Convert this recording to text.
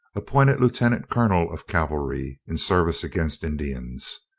appointed lieutenant-colonel of cavalry, in service against indians.